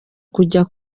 kujya